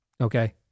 okay